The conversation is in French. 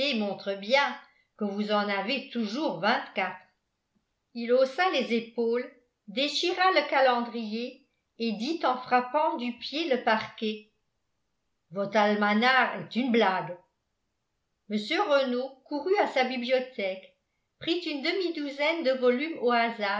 montre bien que vous en avez toujours vingtquatre il haussa les épaules déchira le calendrier et dit en frappant du pied le parquet votre almanach est une blague mr renault courut à sa bibliothèque prit une demi-douzaine de volumes au hasard